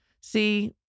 see